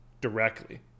directly